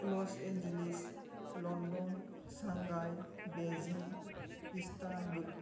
loss Angeles London Shanghai Beijing Istanbul